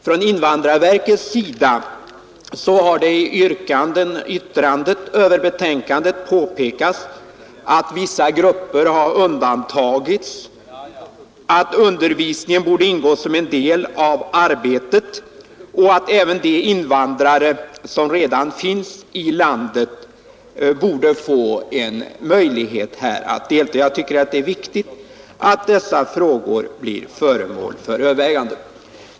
I invandrarverkets yttrande över betänkandet påpekades att vissa grupper har undantagits, att undervisningen borde ingå som en del av arbetet och att även de invandrare som redan finns i landet borde få en möjlighet att delta. Det är viktigt att dessa frågor blir föremål för överväganden.